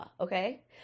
okay